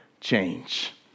change